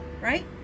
right